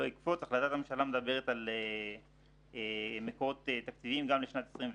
החלטת הממשלה מדברת על מקורות תקציביים גם לשנת 2021